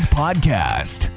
podcast